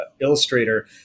illustrator